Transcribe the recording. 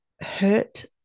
hurt